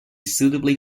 suitably